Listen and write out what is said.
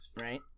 Right